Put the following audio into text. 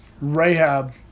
Rahab